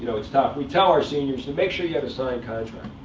you know it's tough. we tell our seniors, make sure you have a signed contract,